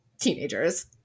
teenagers